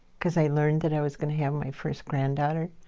because i learned that i was going to have my first granddaughter.